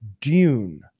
dune